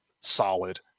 solid